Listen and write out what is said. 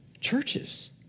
churches